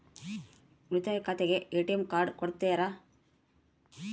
ಉಳಿತಾಯ ಖಾತೆಗೆ ATM card ಕೊಡ್ತೇರಿ?